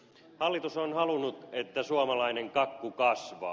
hallitus on halunnut että suomalainen kakku kasvaa